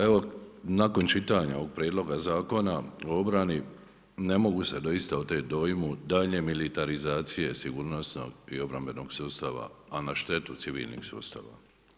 Evo nakon čitanja ovog prijedloga Zakona o obrani, ne mogu se doista otet dojmu daljnje militarizacije sigurnosnog i obrambenog sustava a na štetu civilnih sustava.